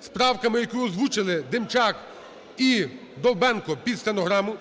з правками, які озвучили Демчак і Довбенко під стенограму,